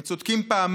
הם צודקים פעמיים,